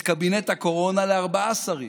את קבינט הקורונה, לארבעה שרים.